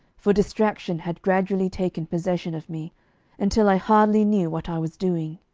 for distraction had gradually taken possession of me until i hardly knew what i was doing.